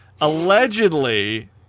Allegedly